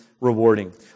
rewarding